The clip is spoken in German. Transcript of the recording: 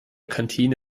kantine